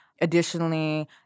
Additionally